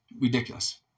Ridiculous